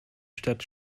stadt